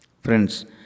Friends